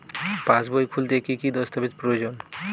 পাসবই খুলতে কি কি দস্তাবেজ প্রয়োজন?